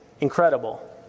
incredible